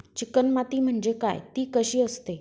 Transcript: Chicken माती म्हणजे काय? ति कशी असते?